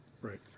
Right